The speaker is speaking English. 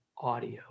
audio